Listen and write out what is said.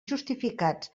justificats